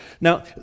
now